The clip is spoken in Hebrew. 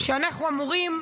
אנחנו אמורים,